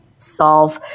solve